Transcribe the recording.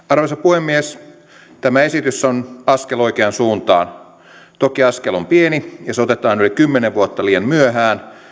arvoisa puhemies tämä esitys on askel oikeaan suuntaan toki askel on pieni ja se otetaan yli kymmenen vuotta liian myöhään